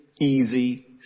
easy